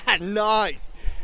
Nice